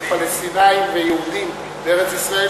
בין פלסטינים ליהודים בארץ-ישראל,